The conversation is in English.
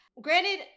granted